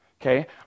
Okay